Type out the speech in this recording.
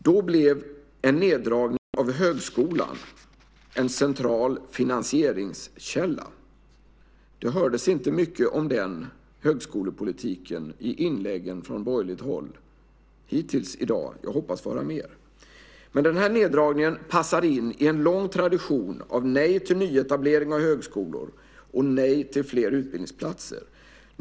Då blev en neddragning av högskolan en central finansieringskälla. Hittills i dag har det inte hörts mycket om den högskolepolitiken i inläggen från borgerligt håll. Jag hoppas få höra mer. Men den här neddragningen passar in i en lång tradition av nej till nyetablering av högskolor och nej till fler utbildningsplatser.